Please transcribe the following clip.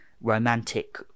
romantic